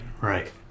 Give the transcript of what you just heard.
right